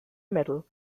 metal